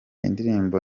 indirimbo